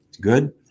good